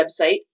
website